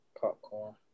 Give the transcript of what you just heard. popcorn